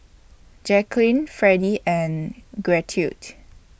Jacquline Fredy and Gertrude